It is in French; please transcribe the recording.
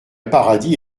paradis